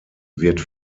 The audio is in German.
wird